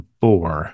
four